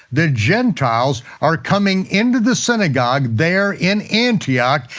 the gentiles, are coming into the synagogue there in antioch,